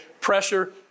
pressure